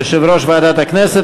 יושב-ראש ועדת הכנסת.